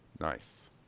nice